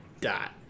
dot